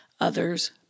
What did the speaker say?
others